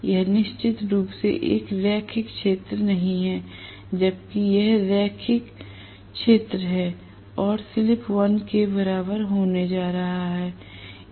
यह निश्चित रूप से एक रैखिक क्षेत्र नहीं है जबकि यह रैखिक क्षेत्र है और स्लिप 1 के बराबर होने जा रहा है